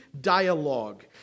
dialogue